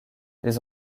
des